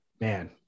man